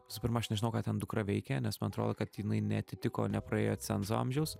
visų pirma aš nežinau ką ten dukra veikė nes man atrodo kad jinai neatitiko nepraėjo cenzo amžiaus